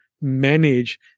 manage